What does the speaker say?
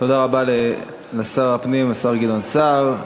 תודה רבה לשר הפנים, השר גדעון סער.